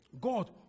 God